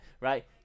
right